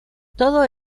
todo